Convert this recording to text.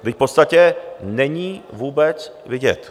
Vždyť v podstatě není vůbec vidět.